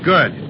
Good